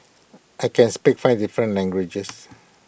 I can speak five different languages